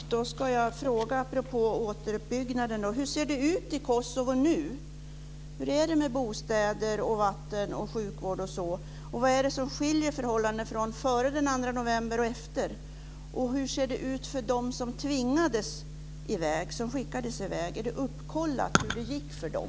Fru talman! Då ska jag fråga apropå återuppbyggnaden: Hur ser det ut i Kosovo nu? Hur är det med bostäder och sjukvård? Vad är det som skiljer förhållandena före den 2 november och efter? Hur ser det ut för dem som tvingades i väg, som skickades tillbaka? Är det uppkollat hur det gick för dem?